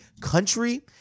country